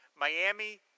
Miami